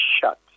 shut